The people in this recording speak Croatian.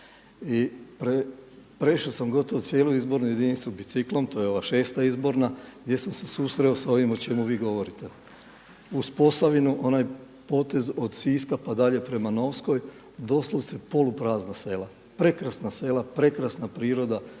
i prešao sam gotovo cijelu izbornu jedinicu biciklom, to je ova 6. izborna, gdje sam se susreo s ovim o čemu vi govorite. Uz Posavinu onaj potez od Siska pa dalje prema Novskoj doslovce poluprazna sela. Prekrasna sela, prekrasna priroda,